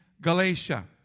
Galatia